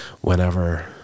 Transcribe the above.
whenever